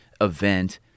event